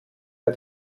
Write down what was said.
wer